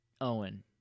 Owen